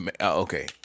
Okay